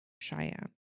Cheyenne